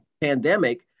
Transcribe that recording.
pandemic